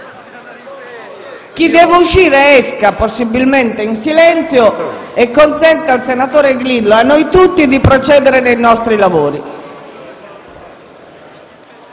lo faccia, possibilmente in silenzio, e consenta al senatore Grillo e a noi tutti di procedere nei nostri lavori.